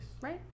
right